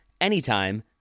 anytime